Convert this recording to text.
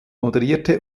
moderierte